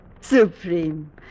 Supreme